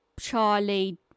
Charlie